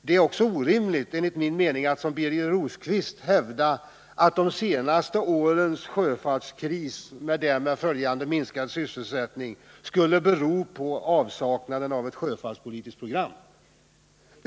Det är också orimligt att, som Birger Rosqvist hävdar, de senaste årens sjöfartskris med minskad sysselsättning skulle bero på avsaknaden av ett sjöfartspolitiskt program.